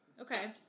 Okay